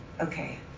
Okay